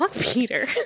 Peter